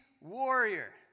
warrior